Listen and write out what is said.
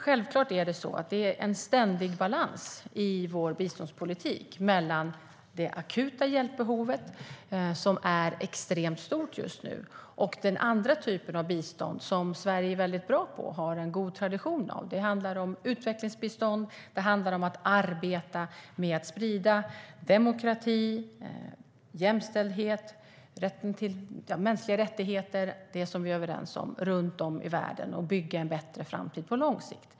Självklart är det en ständig balansgång i vår biståndspolitik mellan det akuta hjälpbehovet - som är extremt stort just nu - och den andra typen av bistånd, som Sverige är bra på och har en god tradition av. Det handlar om utvecklingsbistånd. Det handlar om att arbeta med att sprida demokrati, jämställdhet och mänskliga rättigheter - det som vi är överens om runt om i världen - och bygga en bättre framtid på lång sikt.